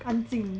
then 安静